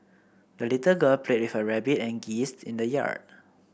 the little girl played with her rabbit and geese in the yard